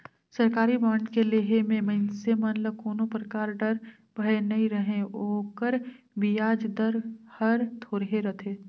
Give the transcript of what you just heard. सरकारी बांड के लेहे मे मइनसे मन ल कोनो परकार डर, भय नइ रहें ओकर बियाज दर हर थोरहे रथे